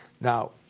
Now